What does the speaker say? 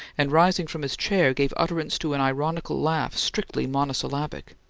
and, rising from his chair, gave utterance to an ironical laugh strictly monosyllabic.